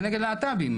כנגד להט"בים,